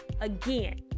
again